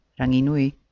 Ranginui